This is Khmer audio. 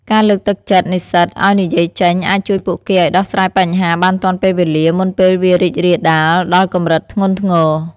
ការលើកទឹកចិត្តនិស្សិតឱ្យនិយាយចេញអាចជួយពួកគេឱ្យដោះស្រាយបញ្ហាបានទាន់ពេលវេលាមុនពេលវារីករាលដាលដល់កម្រិតធ្ងន់ធ្ងរ។